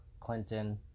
Clinton